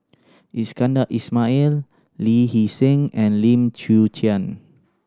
Iskandar Ismail Lee Hee Seng and Lim Chwee Chian